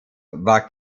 war